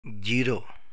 zero